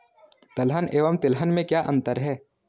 दलहन एवं तिलहन में क्या अंतर है?